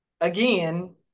again